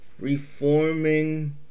REFORMING